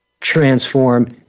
transform